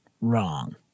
wrong